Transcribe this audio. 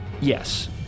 Yes